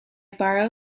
borrow